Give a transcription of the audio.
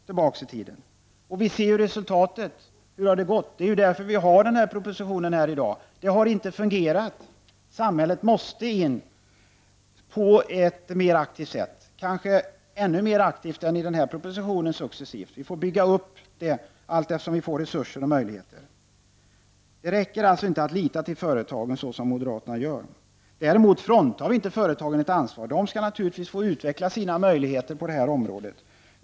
Det är ju på grund av resultatet av det som förslaget i propositionen i dag föreligger. Det har inte fungerat. Samhället måste in på ett mer aktivt sätt, kanske successivt ännu mer aktivt än vad som föreslås i den här propositionen. Vi får bygga upp det allteftersom vi får resurser och möjligheter. Det räcker alltså inte att lita till företagen, såsom moderaterna gör. Däremot fråntar vi inte företagen ett ansvar. De skall naturligtvis få utveckla sina möjligheter på det här området.